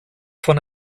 von